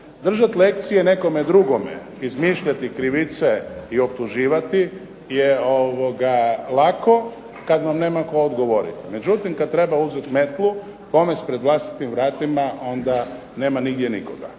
držati lekcije nekome drugome, izmišljati krivice i optuživati je lako kada vam nema tko odgovoriti. Međutim, kada treba uzeti metlu, pomesti pred vlastitim vratima onda nema nigdje nikoga.